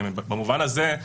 במובן הזה,